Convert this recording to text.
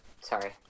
sorry